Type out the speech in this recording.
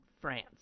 France